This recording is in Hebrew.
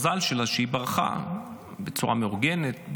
המזל שלה, שהיא ברחה בצורה מאורגנת.